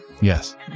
Yes